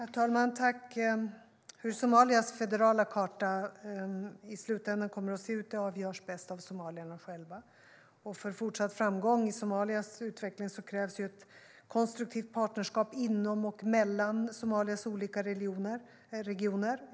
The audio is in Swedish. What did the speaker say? STYLEREF Kantrubrik \* MERGEFORMAT Svar på interpellationerHerr talman! Hur Somalias federala karta i slutändan kommer att se ut avgörs bäst av somalierna själva. För fortsatt framgång i Somalias utveckling krävs ett konstruktivt partnerskap inom och mellan Somalias olika regioner.